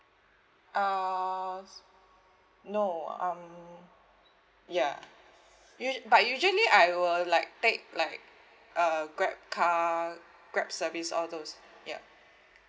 uh s~ no um ya us~ but usually I will like take like uh grab car grab service all those ya